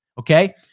Okay